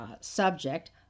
subject